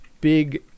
big